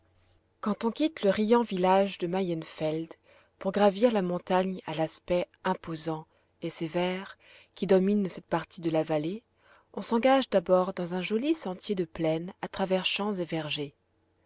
quand on quitte le riant village de mayenfeld pour gravir la montagne à l'aspect imposant et sévère qui domine cette partie de la vallée on s'engage d'abord dans un joli sentier de plaine à travers champs et vergers